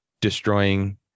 destroying